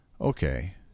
Okay